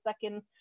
second